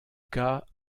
cas